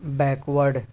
back ward